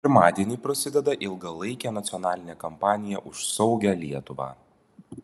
pirmadienį prasideda ilgalaikė nacionalinė kampanija už saugią lietuvą